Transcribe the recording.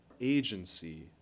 agency